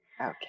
Okay